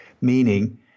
meaning